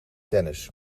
tennis